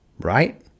Right